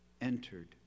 entered